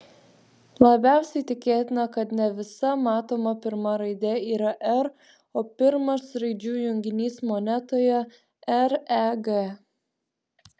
labiausiai tikėtina kad ne visa matoma pirma raidė yra r o pirmas raidžių junginys monetoje reg